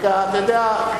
רק אתה יודע,